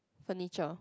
furniture